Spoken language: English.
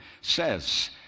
says